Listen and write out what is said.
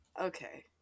Okay